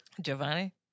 Giovanni